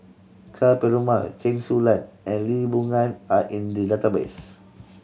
Ka Perumal Chen Su Lan and Lee Boon Ngan are in the database